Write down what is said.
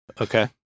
Okay